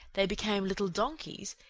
they became little donkeys,